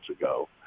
ago